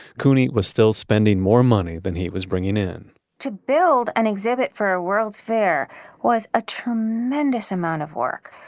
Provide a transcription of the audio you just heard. couney was still spending more money than he was bringing in to build an exhibit for a world's fair was a tremendous amount of work.